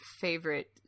favorite